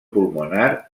pulmonar